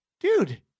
dude